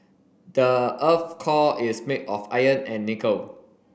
the earth core is made of iron and nickel